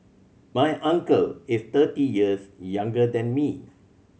my uncle is thirty years younger than me